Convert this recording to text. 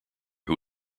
who